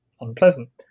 unpleasant